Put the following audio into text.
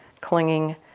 Clinging